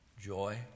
joy